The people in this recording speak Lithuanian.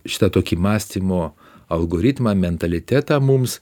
šitą tokį mąstymo algoritmą mentalitetą mums